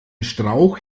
strauch